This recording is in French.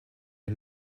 les